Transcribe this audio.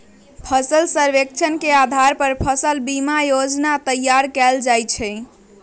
फसल सर्वेक्षण के अधार पर फसल बीमा जोजना तइयार कएल जाइ छइ